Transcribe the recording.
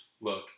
Look